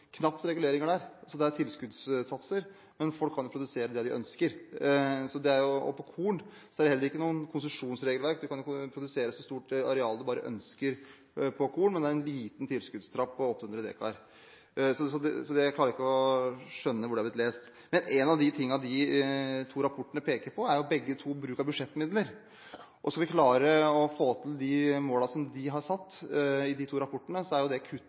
knapt regulering der. Det er tilskuddssatser, men folk kan produsere det de ønsker. For korn er det heller ikke noe konsesjonsregelverk. Man kan produsere så stort areal med korn man bare ønsker, men det er en liten tilskuddstrapp på 800 dekar. Så jeg klarer ikke å skjønne hvordan dette er blitt lest. Noe av det begge de to rapportene peker på, er bruk av budsjettmidler. Skal vi klare å nå de målene de har satt i de to rapportene, er det kuttet i budsjettstøtte som Høyre foreslo i fjor med over 15 mill. kr, den dårligste starten man kunne hatt når det